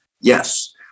yes